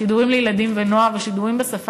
שידורים לילדים ולנוער ושידורים בשפה